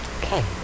Okay